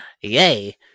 Yay